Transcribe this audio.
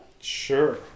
Sure